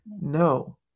No